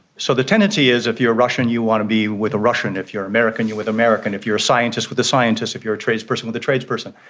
so the tendency is if you're russian you want to be with a russian, if you're american you're with american, if you're a scientist with a scientist, if you're a tradesperson with a tradesperson.